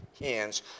hands